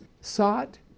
sought